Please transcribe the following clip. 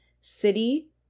city